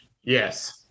Yes